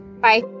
Bye